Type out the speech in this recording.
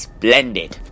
Splendid